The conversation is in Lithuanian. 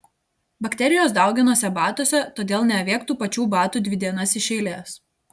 bakterijos dauginasi batuose todėl neavėk tų pačių batų dvi dienas iš eilės